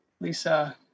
Lisa